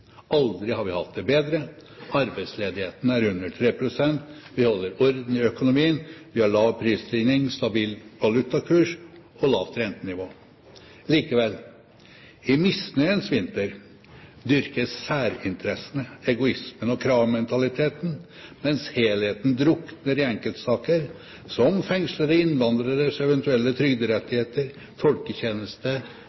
Aldri har vi hatt det bedre. Arbeidsledigheten er på under 3 pst. Vi holder orden i økonomien. Vi har lav prisstigning, stabil valutakurs og lavt rentenivå. Likevel: I misnøyens vinter dyrkes særinteressene, egoismen og kravmentaliteten, mens helheten drukner i enkeltsaker, som fengslede innvandreres eventuelle